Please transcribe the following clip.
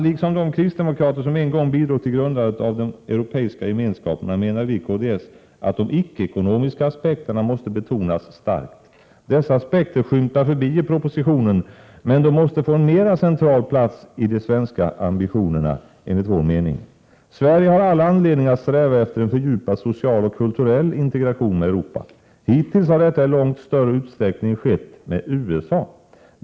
Liksom de kristdemokrater som en gång bidrog till grundandet av de europeiska gemenskaperna, menar vi i kds att de icke-ekonomiska aspekterna måste betonas starkt. Dessa aspekter skymtar förbi i propositionen, men de måste enligt vår mening få en mer central plats i de svenska ambitionerna. Sverige har all anledning att sträva efter en fördjupad social och kulturell integration med Europa. Hittills har detta i långt större utsträckning skett med USA.